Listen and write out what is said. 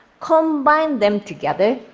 combined them together,